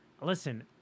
Listen